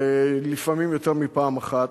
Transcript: ולפעמים יותר מפעם אחת.